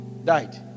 died